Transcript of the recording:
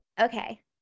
Okay